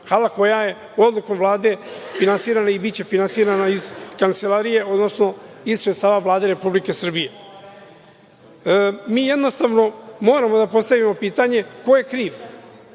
hala koja je odlukom Vlade finansirana i biće finansirana iz kancelarije, odnosno iz sredstava Vlade Republike Srbije. Mi jednostavno moramo da postavimo pitanje – ko je kriv?